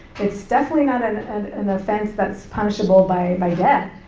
it's definitely not an an offense that's punishable by by death.